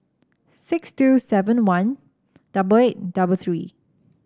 six two seven one double eight double three